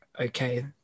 okay